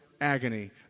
agony